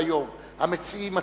מסדר-היום המציעים עצמם,